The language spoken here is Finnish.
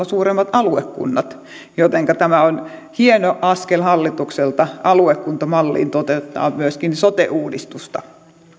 suuremmat aluekunnat jotenka on hieno askel hallitukselta aluekuntamalliin toteuttaa myöskin sote uudistusta